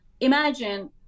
imagine